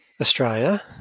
Australia